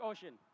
Ocean